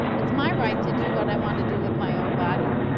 it's my right to do what i want to do with my own body.